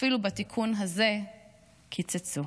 אפילו בתיקון הזה, קיצצו.